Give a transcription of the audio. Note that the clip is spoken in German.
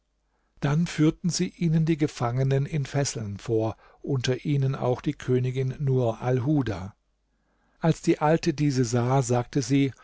dann führten sie ihnen die gefangenen in fesseln vor unter ihnen auch die königin nur alhuda als die alte diese sah sagte sie